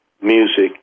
music